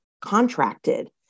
contracted